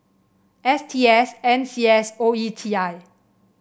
S T S N C S and O E T I